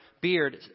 beard